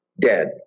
dead